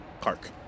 Park